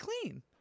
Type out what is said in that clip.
clean